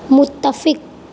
متفق